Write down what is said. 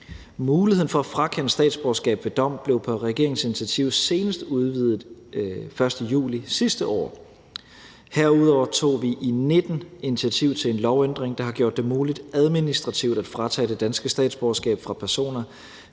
Muligheden for at frakende statsborgerskab ved dom blev på regeringens initiativ senest udvidet 1. juli sidste år, og herudover tog vi i 2019 initiativ til en lovændring, der har gjort det muligt administrativt at tage det danske statsborgerskab fra personer,